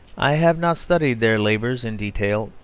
i have not studied their labours in detail,